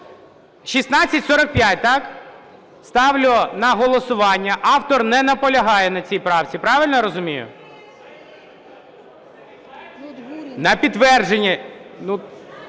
1645. Так? Ставлю на голосування. Автор не наполягає на цій правці. Правильно я розумію? На підтвердження.